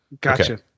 Gotcha